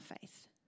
faith